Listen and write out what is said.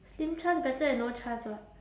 slim chance better than no chance what